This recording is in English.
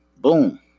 Boom